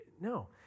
No